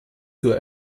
zur